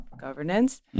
governance